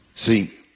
See